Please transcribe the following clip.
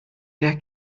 der